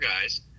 guys